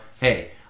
hey